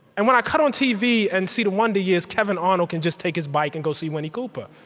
and when i cut on tv and see the wonder years, kevin arnold can just take his bike and go see winnie cooper?